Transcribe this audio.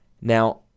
Now